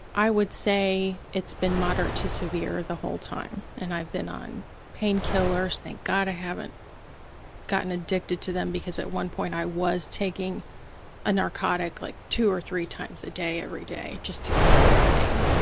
i would say it's been moderate to severe the whole time, and i've been on painkillers. thank god i haven't gotten addicted to them because at one point i was taking a narcotic like two or three times a day every day, just to control the pain.